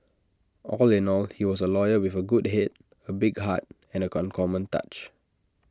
all in all he was A lawyer with A good Head A big heart and an uncommon touch